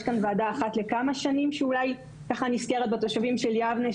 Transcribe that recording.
יש כאן ועדה אחת לכמה שנים שאולי ככה נזכרת בתושבים של יבנה,